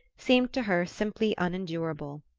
seemed to her simply unendurable.